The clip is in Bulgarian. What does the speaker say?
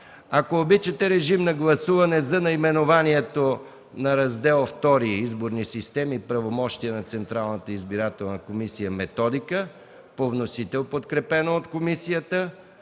Ако обичате, режим на гласуване за наименованието на Раздел ІІ – „Изборни системи. Правомощия на Централната избирателна комисия. Методика.”, което е по вносител, подкрепено от комисията,